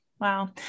Wow